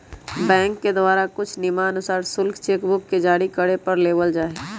bank के द्वारा कुछ नियमानुसार शुल्क चेक बुक के जारी करे पर लेबल जा हई